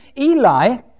Eli